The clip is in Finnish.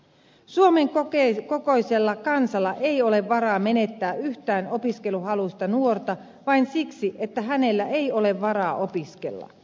suomen kokoisella kansalla ei ole varaa menettää yhtään opiskeluhaluista nuorta vain siksi että hänellä ei ole varaa opiskella